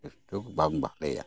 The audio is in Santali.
ᱥᱴᱳᱠ ᱵᱟᱝ ᱵᱷᱟᱜᱮᱭᱟ